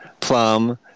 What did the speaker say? plum